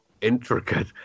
intricate